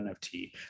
NFT